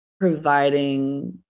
providing